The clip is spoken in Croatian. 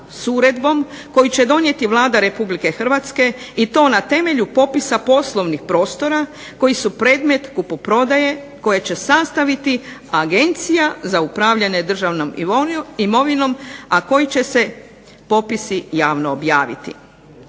s uredbom koju će donijeti Vlada Republike Hrvatske i to na temelju popisa poslovnih prostora koji su predmet kupoprodaje koje će sastaviti Agencija za upravljanje državnom imovinom, a koji će se popisi javno objaviti.